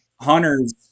hunters